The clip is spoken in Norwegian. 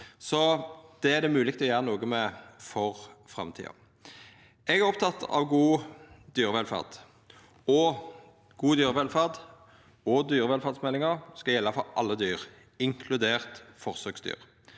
Det er det mogleg å gjera noko med for framtida. Eg er oppteken av god dyrevelferd, og god dyrevelferd og dyrevelferdsmeldinga skal gjelda for alle dyr, inkludert forsøksdyr.